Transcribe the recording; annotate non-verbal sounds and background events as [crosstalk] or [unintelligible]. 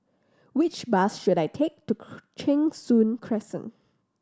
which bus should I take to [unintelligible] Cheng Soon Crescent